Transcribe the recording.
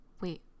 wait